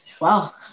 wow